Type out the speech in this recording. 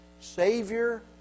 Savior